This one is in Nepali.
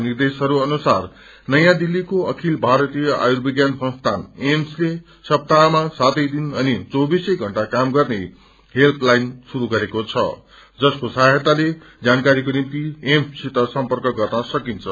निद्रेशहरू अुनसार नयौं दिल्लीको अखिल भारतीय आम्रुविज्ञान संसीन एमसले सप्तामा सातै दिन अनि चौवीसै षष्आ काम गर्ने हेल्पलाईन श्रुरू गरेको छ जसको सहायताले जानकारीको निम्ति एमसंसित सम्प्रक गर्न सकिन्छ